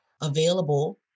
available